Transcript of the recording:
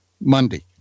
Monday